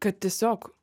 kad tiesiog